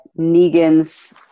Negan's